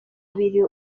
abiri